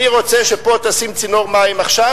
אני רוצה שפה תשים צינור מים עכשיו,